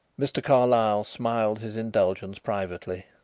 mr. carlyle smiled his indulgence privately.